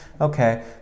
okay